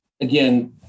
again